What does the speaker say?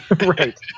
Right